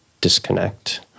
disconnect